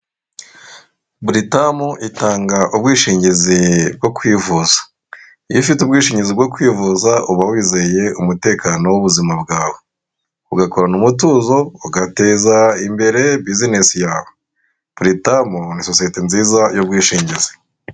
Buritamu itanga ubwishingizi bwo kwivuza, iyo ufite ubwishingizi bwo kwivuza uba wizeye umutekano w'ubuzima bwawe, ugakorana umutuzo ugateza imbere bizinesi yawe Buritamu ni sosiyete nziza y'ubwishingizi.